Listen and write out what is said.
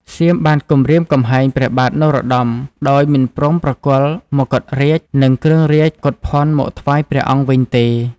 សៀមបានគំរាមកំហែងព្រះបាទនរោត្តម ដោយមិនព្រមប្រគល់មកុដរាជ្យ និងគ្រឿងរាជកកុធភណ្ឌមកថ្វាយព្រះអង្គវិញទេ។